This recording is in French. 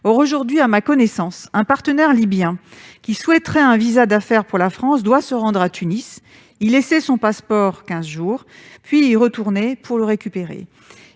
Or, à ma connaissance, un partenaire libyen souhaitant un visa d'affaires pour la France doit aujourd'hui se rendre à Tunis, y laisser son passeport quinze jours, puis y retourner pour le récupérer.